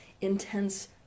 intense